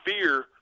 fear